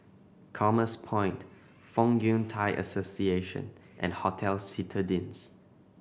Commerce Point Fong Yun Thai Association and Hotel Citadines